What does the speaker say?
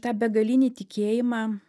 tą begalinį tikėjimą